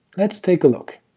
let's take a look